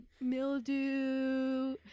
mildew